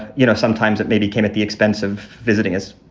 you know, sometimes that maybe came at the expense of visiting us,